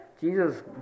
Jesus